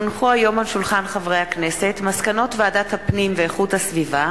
כי הונחו היום על שולחן הכנסת מסקנות ועדת הפנים והגנת הסביבה